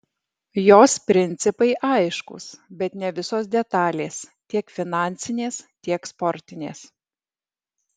jos principai aiškūs bet ne visos detalės tiek finansinės tiek sportinės